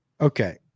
Okay